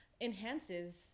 Enhances